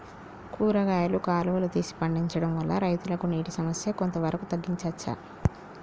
కూరగాయలు కాలువలు తీసి పండించడం వల్ల రైతులకు నీటి సమస్య కొంత వరకు తగ్గించచ్చా?